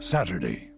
Saturday